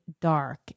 dark